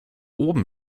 oben